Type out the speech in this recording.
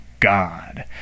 God